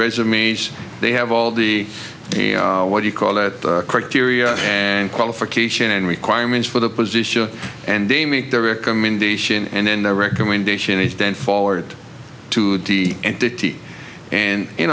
resumes they have all the what you call that criteria and qualification and requirements for the position and they make their recommendation and then the recommendation is done forward to the entity and you